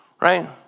Right